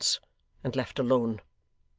and left alone